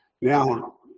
Now